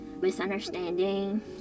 misunderstanding